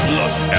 lost